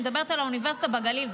אני מדברת על האוניברסיטה בגליל.